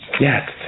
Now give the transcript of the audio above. Yes